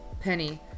Penny